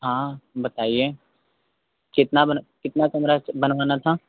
हाँ बताइए कितना बड़ा कितना कमरा बनवाना था